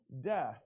death